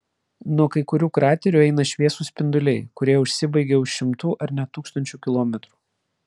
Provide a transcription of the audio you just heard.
nuo kai kurių kraterių eina šviesūs spinduliai kurie užsibaigia už šimtų ar net tūkstančių kilometrų